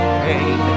pain